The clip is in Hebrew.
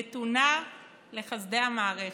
נתונה לחסדי המערכת.